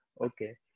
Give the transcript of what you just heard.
Okay